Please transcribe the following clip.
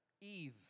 Eve